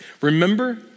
Remember